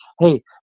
Hey